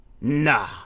Nah